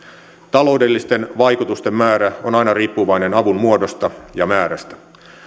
taloudellisten vaikutusten määrä on aina riippuvainen avun muodosta ja määrästä